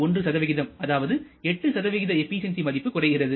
1 அதாவது 8 எபிசியன்சி மதிப்பு குறைகிறது